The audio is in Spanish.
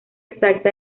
exacta